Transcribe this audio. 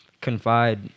confide